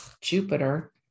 Jupiter